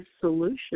solution